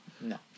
No